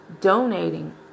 Donating